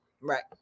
right